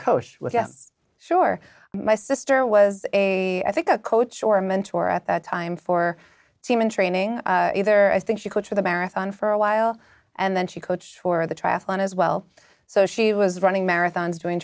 coach with yeah sure my sister was a i think a coach or a mentor at that time for team in training either i think she quit for the marathon for a while and then she coached for the triathlon as well so she was running marathons doing